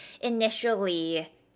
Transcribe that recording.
initially